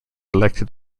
elected